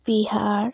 Bihar